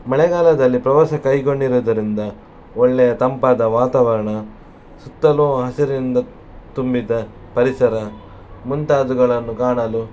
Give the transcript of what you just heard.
ಮಳೆಗಾಲದಲ್ಲಿ ಪ್ರವಾಸ ಕೈಗೊಂಡಿರುವುದರಿಂದ ಒಳ್ಳೆಯ ತಂಪಾದ ವಾತಾವರಣ ಸುತ್ತಲೂ ಹಸಿರಿನಿಂದ ತುಂಬಿದ ಪರಿಸರ ಮುಂತಾದವುಗಳನ್ನು ಕಾಣಲು